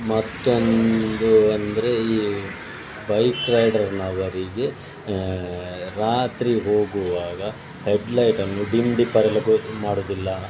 ಮತ್ತೊಂದು ಅಂದರೆ ಈ ಬೈಕ್ ರೈಡರಿನವರಿಗೆ ರಾತ್ರಿ ಹೋಗುವಾಗ ಹೆಡ್ಲೈಟನ್ನು ಡಿಮ್ ಡಿಪ್ಪರೆಲ್ಲ ಗೊ ಮಾಡುವುದಿಲ್ಲ